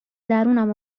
درونم